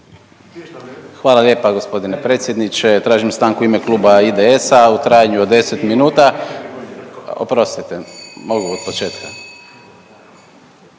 Hvala lijepa g. predsjedniče. Tražim stanku u ime Kluba IDS-a u trajanju od 10 minuta, oprostite mogu od početka,